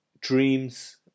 Dreams